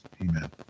Amen